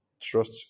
Trust